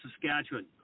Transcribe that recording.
Saskatchewan